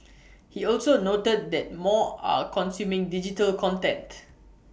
he also noted that more are consuming digital content